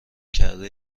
کرده